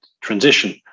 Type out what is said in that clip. transition